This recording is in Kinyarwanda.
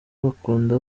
bakunda